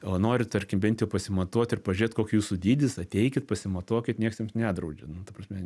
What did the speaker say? o noriu tarkim bent jau pasimatuot ir pažiūrėt koks jūsų dydis ateikit pasimatuokit niekas jums nedraudžia nu ta prasme